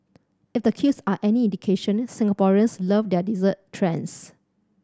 if the queues are any indication Singaporeans love their dessert trends